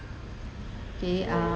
okay uh